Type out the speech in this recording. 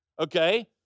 okay